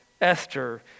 Esther